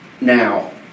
Now